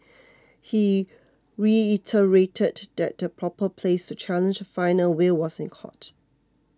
he reiterated that the proper place to challenge final will was in court